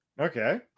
Okay